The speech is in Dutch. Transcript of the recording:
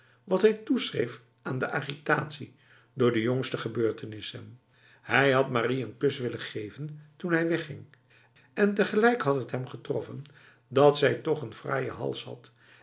wat hij toeschreef aan de agitatie door de jongste gebeurtenissen hij had marie een kus willen geven toen hij wegging en tegelijk had het hem getroffen dat zij toch een fraaie hals had